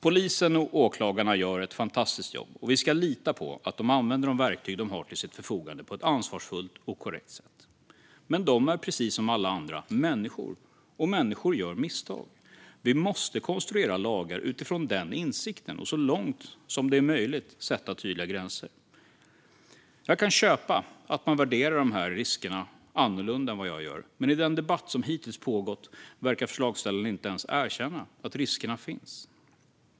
Polisen och åklagarna gör ett fantastiskt jobb, och vi ska lita på att de använder de verktyg som de har till sitt förfogande på ett ansvarsfullt och korrekt sätt. Men de är människor precis som alla andra, och människor gör misstag. Vi måste konstruera lagar utifrån den insikten och så långt som det är möjligt sätta tydliga gränser. Jag kan köpa att man värderar de här riskerna annorlunda än vad jag gör, men i den debatt som hittills har pågått verkar förslagsställarna inte ens erkänna att riskerna finns.